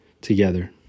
together